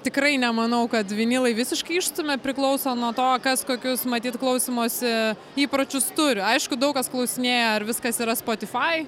tikrai nemanau kad vinilai visiškai išstumia priklauso nuo to kas kokius matyt klausymosi įpročius turi aišku daug kas klausinėja ar viskas yra spotify